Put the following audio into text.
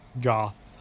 goth